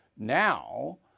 Now